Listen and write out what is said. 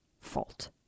fault